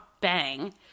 bang